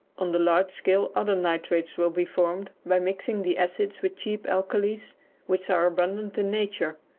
on the large scale other nitrates will be formed by mixing the acid with cheap alkalies which are abundant in nature,